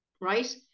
right